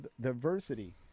diversity